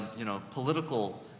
you know, political,